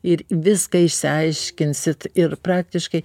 ir viską išsiaiškinsit ir praktiškai